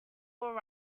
will